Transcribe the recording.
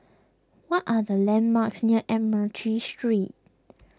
what are the landmarks near Admiralty Street